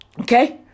Okay